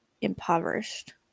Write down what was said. impoverished